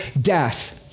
death